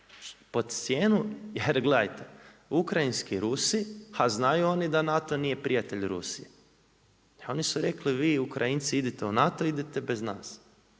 pod cijenu, jer gledajte Ukrajinski Rusi, ha znaju oni da NATO nije prijatelj Rusije. Oni su rekli, vi Ukrajinci idete u NATO, idete bez nas.